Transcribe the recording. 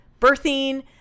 birthing